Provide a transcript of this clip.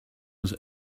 was